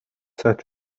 such